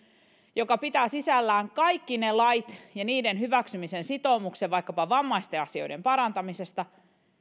joka pitää sisällään kaikki ne lait ja niiden hyväksymisen sitoumuksen vaikkapa vammaisten asioiden parantamisesta